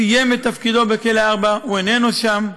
סיים את תפקידו בכלא 4, הוא איננו שם,